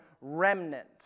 remnant